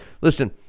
listen